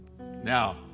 Now